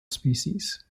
species